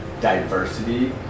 diversity